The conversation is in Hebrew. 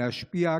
ולהשפיע,